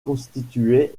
constituaient